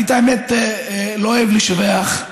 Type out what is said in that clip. האמת, אני לא אוהב לשבח,